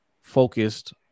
focused